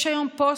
יש היום פוסט,